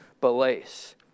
beliefs